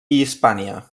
hispània